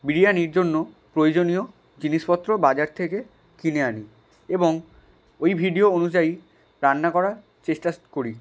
বিরিয়ানির জন্য প্রয়োজনীয় জিনিসপত্র বাজার থেকে কিনে আনি এবং ওই ভিডিও অনুযায়ী রান্না করার চেষ্টা করি